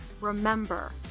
remember